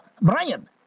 Brian